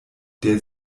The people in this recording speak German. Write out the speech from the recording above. der